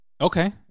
Okay